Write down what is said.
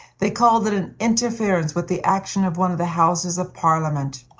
they called it an interference with the action of one of the houses of parliament.